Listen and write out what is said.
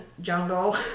jungle